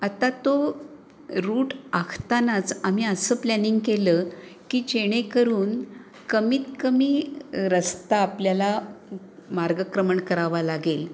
आता तो रूट आखतानाच आम्ही असं प्लॅनिंग केलं की जेणेकरून कमीतकमी रस्ता आपल्याला मार्गक्रमण करावा लागेल